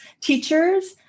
teachers